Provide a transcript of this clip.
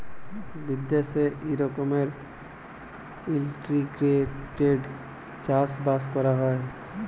বিদ্যাশে ই রকমের ইলটিগ্রেটেড চাষ বাস ক্যরা হ্যয়